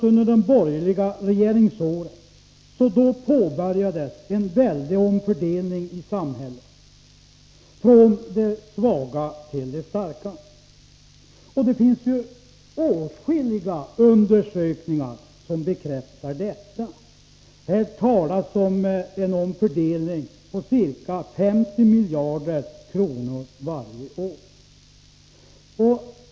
Under de borgerliga regeringsåren påbörjades en väldig omfördelning i samhället, från de svaga till de starka. Det finns åtskilliga undersökningar som bekräftar detta. Det talas om en omfördelning på ca 50 miljarder kronor varje år.